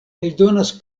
eldonas